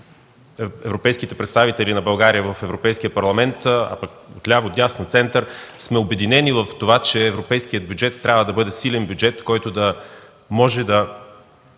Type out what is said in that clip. европейските представители на България в Европейския парламент от ляво, дясно, център, сме обединени в това, че европейският бюджет трябва да бъде силен бюджет, който да може да